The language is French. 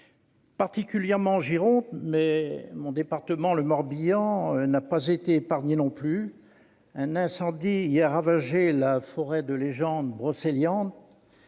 particulièrement en Gironde, mais mon département, le Morbihan, n'a pas été épargné non plus. Un incendie y a ravagé la légendaire forêt de Brocéliande.